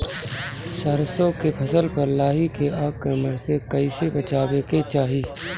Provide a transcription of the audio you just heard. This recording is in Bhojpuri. सरसो के फसल पर लाही के आक्रमण से कईसे बचावे के चाही?